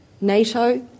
NATO